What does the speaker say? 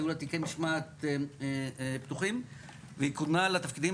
היו לה תיקי משמעת פתוחים והיא קודמה לתפקידים